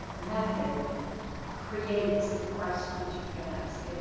method creates the questions you can ask and the